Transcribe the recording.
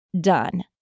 done